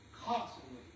constantly